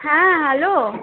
হ্যাঁ হ্যালো